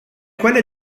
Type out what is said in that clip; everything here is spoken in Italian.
quelle